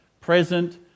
present